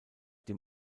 dem